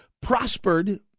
prospered